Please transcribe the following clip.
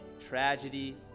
Tragedy